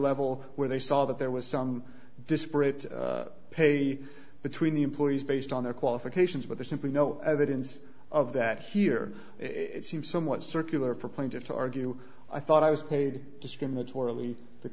level where they saw that there was some disparate paty between the employees based on their qualifications but there's simply no evidence of that here it seems somewhat circular for plaintiffs to argue i thought i was paid discriminatorily the